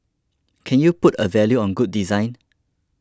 can you put a value on good design